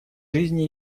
жизни